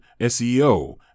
SEO